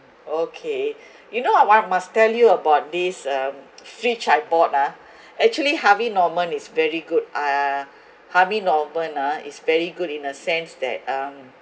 okay you know why I must tell you about this um fridge I bought lah actually harvey norman is very good uh harvey norman ah is very good in a sense that um